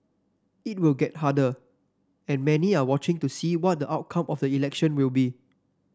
it will get harder and many are watching to see what the outcome of the election will be